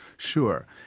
sure.